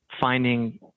finding